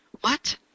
What